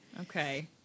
Okay